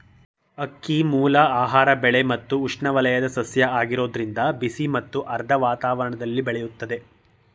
ಅಕ್ಕಿಮೂಲ ಆಹಾರ ಬೆಳೆ ಮತ್ತು ಉಷ್ಣವಲಯದ ಸಸ್ಯ ಆಗಿರೋದ್ರಿಂದ ಬಿಸಿ ಮತ್ತು ಆರ್ದ್ರ ವಾತಾವರಣ್ದಲ್ಲಿ ಬೆಳಿತದೆ